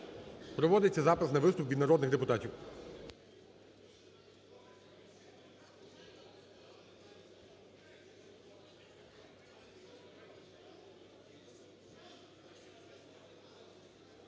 проводиться запис на виступ від народних депутатів.